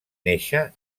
néixer